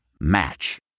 Match